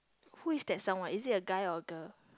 who is that someone is it a guy or a girl